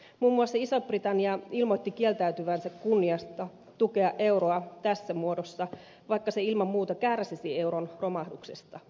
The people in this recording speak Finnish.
muun muassa iso britannia ilmoitti kieltäytyvänsä kunniasta tukea euroa tässä muodossa vaikka se ilman muuta kärsisi euron romahduksesta